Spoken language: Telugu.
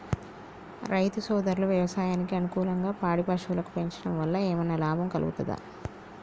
రైతు సోదరులు వ్యవసాయానికి అనుకూలంగా పాడి పశువులను పెంచడం వల్ల ఏమన్నా లాభం కలుగుతదా?